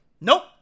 Nope